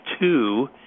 two